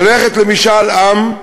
ללכת למשאל עם,